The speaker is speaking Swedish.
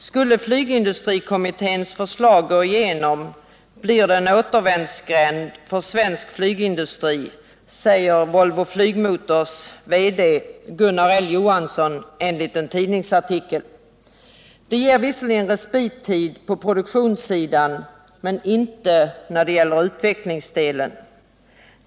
Skulle flygindustrikommitténs förslag gå igenom, blir det en återvändsgränd för svensk flygindustri, säger Volvo Flygmotors VD Gunnar L. Johansson i en tidningsartikel. Det ger visserligen en respittid på produktionssidan men inte på utvecklingsdelen.